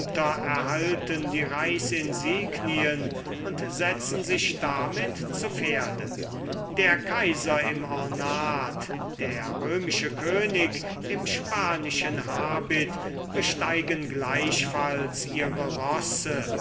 erhalten die reichsinsignien und setzen sich damit zu pferde der kaiser im ornat der römische könig im spanischen habit besteigen gleichfalls ihre rosse